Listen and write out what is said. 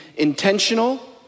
intentional